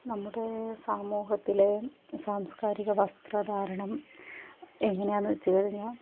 നമ്മുടെ സമൂഹത്തിലെ സാംസ്കാരിക വസ്ത്രധാരണം എങ്ങനെയാണെന്നു വച്ചു കഴിഞ്ഞാൽ